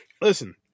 Listen